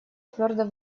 твердо